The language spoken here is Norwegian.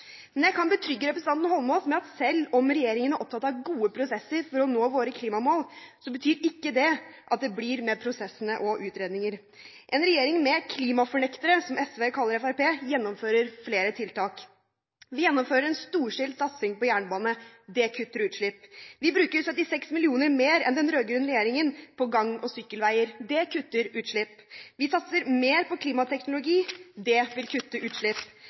Men jeg kan berolige representanten Holmås med at selv om regjeringen er opptatt av gode prosesser for å nå våre klimamål, betyr ikke det at det blir med prosessene og utredninger. En regjering med «klimafornektere», som SV kaller Fremskrittspartiet, gjennomfører flere tiltak. Vi gjennomfører en storstilt satsing på jernbane, det kutter utslipp. Vi bruker 76 mill. kr mer enn den rød-grønne regjeringen på gang- og sykkelveier, det kutter utslipp. Vi satser mer på klimateknologi, det vil kutte utslipp.